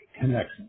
connection